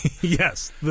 Yes